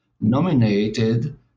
nominated